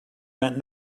meant